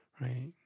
right